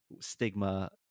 stigma